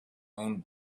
own